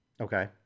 Okay